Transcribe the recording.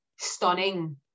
stunning